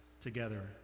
together